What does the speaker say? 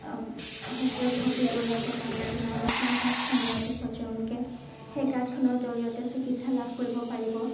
হস্পিটালত ভৰ্তি কৰিছে তাত আপোনাৰ আয়ুস্মান কাৰ্ডখন দিয়াৰ পিছত তেওঁলোকে সেই কাৰ্ডখনৰ জড়িয়তে চিকিৎসা লাভ কৰিব পাৰিব